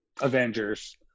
Avengers